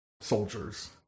soldiers